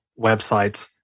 websites